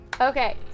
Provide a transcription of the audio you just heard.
Okay